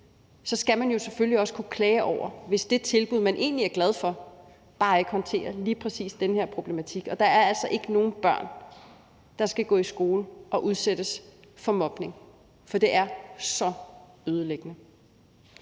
skal man jo selvfølgelig også kunne klage over det, hvis det tilbud, man egentlig er glad for, bare ikke håndterer lige præcis den her problematik. Og der er altså ikke nogen børn, der skal gå i skole og udsættes for mobning, for det er så ødelæggende.